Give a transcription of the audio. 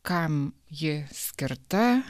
kam ji skirta